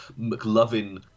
McLovin